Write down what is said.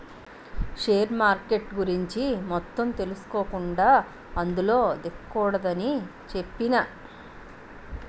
share మార్కెట్ల గురించి మొత్తం తెలుసుకోకుండా అందులో దిగకూడదని చెప్పేనా